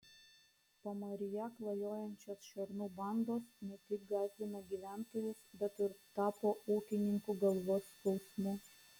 pamaryje klajojančios šernų bandos ne tik gąsdina gyventojus bet ir tapo ūkininkų galvos skausmu